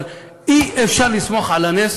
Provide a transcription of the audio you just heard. אבל אי-אפשר לסמוך על הנס